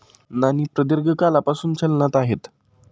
नाणी प्रदीर्घ काळापासून चलनात आहेत